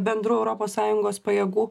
bendrų europos sąjungos pajėgų